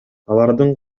алардын